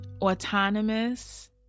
autonomous